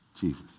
Jesus